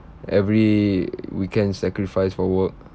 every weekend sacrifice for work